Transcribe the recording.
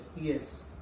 yes